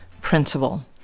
Principle